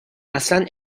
اصلن